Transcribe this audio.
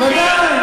ודאי.